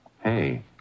Hey